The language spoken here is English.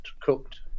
cooked